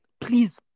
please